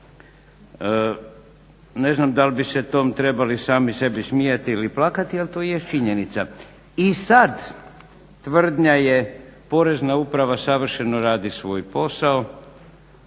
Ne znam da li bi se tom trebali sami sebi smijati ili plakati, ali to jest činjenica. I sad tvrdnja je Porezna uprava savršeno radi svoj posao.